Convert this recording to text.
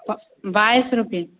बाईस रुपए